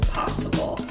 possible